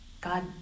God